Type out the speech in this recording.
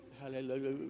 Hallelujah